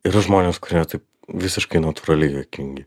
yra žmonės kurie taip visiškai natūraliai juokingi